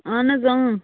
اَہَن حظ